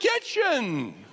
kitchen